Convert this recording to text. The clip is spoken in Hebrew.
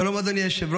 שלום, אדוני היושב-ראש.